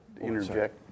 interject